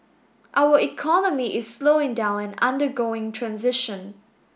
our economy is slowing down and undergoing transition